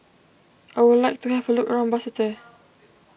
I would like to have a look around Basseterre